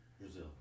Brazil